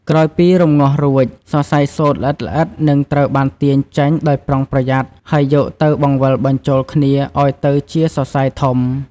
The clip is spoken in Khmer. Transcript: ក្រោយពីរំងាស់រួច សរសៃសូត្រល្អិតៗនឹងត្រូវបានទាញចេញដោយប្រុងប្រយ័ត្ន ហើយយកទៅបង្វិលបញ្ចូលគ្នាឲ្យទៅជាសរសៃធំ។